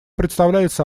представляется